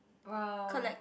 !wow!